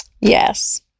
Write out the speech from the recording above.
Yes